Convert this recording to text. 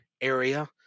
area